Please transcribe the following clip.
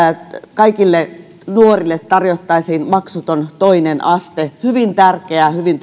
kaikille nuorille tarjottaisiin maksuton toinen aste hyvin tärkeä hyvin